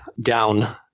down